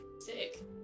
sick